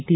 T